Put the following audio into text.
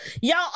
y'all